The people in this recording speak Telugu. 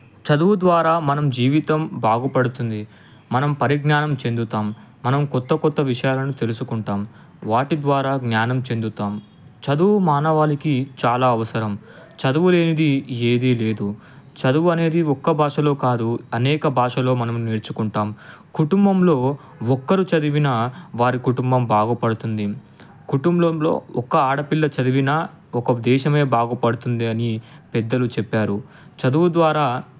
చదువు ద్వారా మన జీవితం బాగుపడుతుంది మనం పరిజ్ఞానం చెందుతాం మనం కొత్త కొత్త విషయాలను తెలుసుకుంటాం వాటి ద్వారా జ్ఞానం చెందుతాం చదువు మానవాళికి చాలా అవసరం చదువు లేనిది ఏదీ లేదు చదువు అనేది ఒక్క భాషలో కాదు అనేక భాషలలో మనం నేర్చుకుంటాం కుటుంబంలో ఒక్కరు చదివినా వారి కుటుంబం బాగుపడుతుంది కుటుంబంలో ఒక్క ఆడపిల్ల చదివినా ఒక దేశమే బాగుపడుతుంది అని పెద్దలు చెప్పారు చదువు ద్వారా